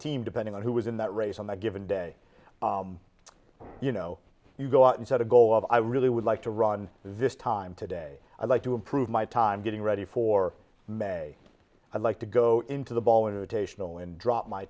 team depending on who was in that race on the given day you know you go out and set a goal of i really would like to run this time today i'd like to improve my time getting ready for may i'd like to go into the